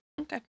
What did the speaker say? okay